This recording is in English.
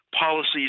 policies